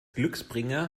glücksbringer